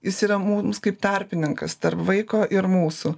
jis yra mums kaip tarpininkas tarp vaiko ir mūsų